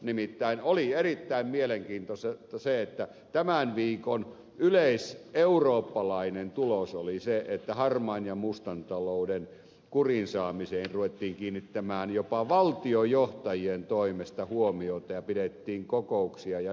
nimittäin oli erittäin mielenkiintoista se että tämän viikon yleiseurooppalainen tulos oli se että harmaan ja mustan talouden kuriin saamiseen ruvettiin kiinnittämään jopa valtionjohtajien toimesta huomiota ja pidettiin kokouksia jnp